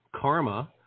karma